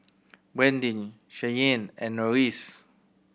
Brandin Cheyenne and Norris